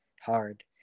hard